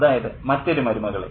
അതായത് മറ്റൊരു മരുമകളെ